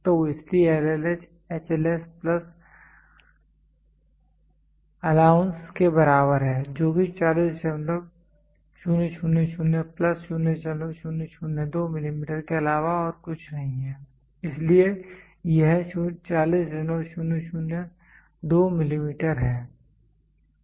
तो इसलिए LLH HLS plus allowance के बराबर है जो कि 40000 प्लस 0002 मिलीमीटर के अलावा और कुछ नहीं है इसलिए यह 40002 मिलीमीटर है